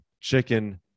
chicken